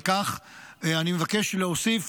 על כך אני מבקש להוסיף